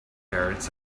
carrots